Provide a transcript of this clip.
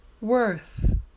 worth